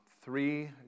three